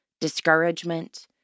discouragement